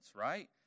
right